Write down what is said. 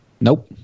Nope